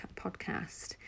podcast